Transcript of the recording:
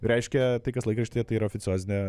reiškia tai kas laikraštyje tai yra oficiozinė